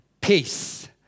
Peace